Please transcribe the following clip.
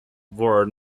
word